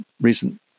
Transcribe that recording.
recent